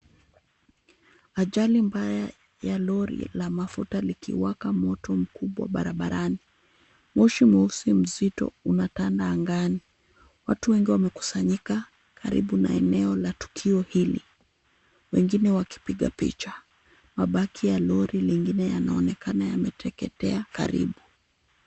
Ajali mbaya ya lori la mafuta likiwaka moto mkubwa barabarani. Moshi mweusi mzito unatanda angani. Watu wengi wamekusanyika karibu na eneo la tukio hili wengine wakipiga picha. Mabaki ya lori lingine yanaonekana yameteketea karibu.